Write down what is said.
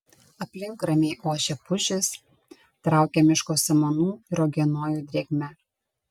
aplink ramiai ošia pušys traukia miško samanų ir uogienojų drėgme